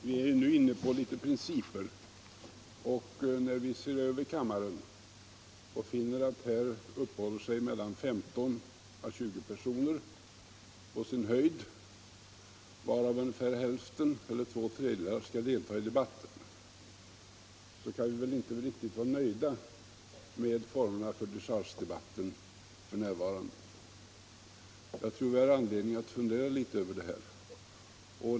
Fru talman! Vi är nu inne på principer. När vi ser ut över kammaren och finner att här på sin höjd uppehåller sig mellan 15 och 20 personer, varav ungefär hälften eller två tredjedelar skall delta i debatten, kan vi inte riktigt vara nöjda med formerna för dechargedebatten f.n. Jag tror att vi har anledning att fundera litet över detta.